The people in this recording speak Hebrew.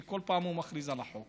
שכל פעם מכריז על החוק